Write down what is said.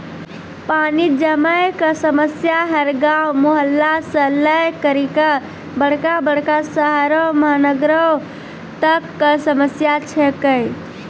पानी जमै कॅ समस्या हर गांव, मुहल्ला सॅ लै करिकॅ बड़का बड़का शहरो महानगरों तक कॅ समस्या छै के